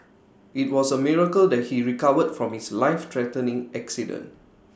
IT was A miracle that he recovered from his lifethreatening accident